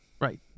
Right